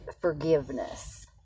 forgiveness